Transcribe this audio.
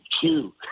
two